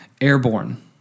Airborne